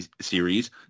series